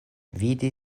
vidi